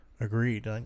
agreed